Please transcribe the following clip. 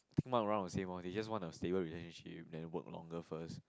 think mine around the same lor they just want the stable relationship then work longer first